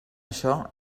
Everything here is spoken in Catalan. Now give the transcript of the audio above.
això